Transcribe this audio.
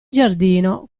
giardino